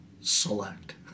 select